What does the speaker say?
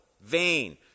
vain